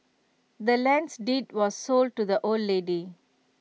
the land's deed was sold to the old lady